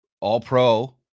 All-Pro